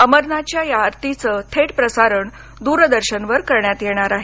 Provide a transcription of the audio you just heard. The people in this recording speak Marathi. अमरनाथच्या आरतीचं थेट प्रसारण दूरदर्शन वर करण्यात येणार आहे